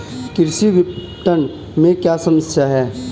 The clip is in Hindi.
कृषि विपणन में क्या समस्याएँ हैं?